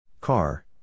Car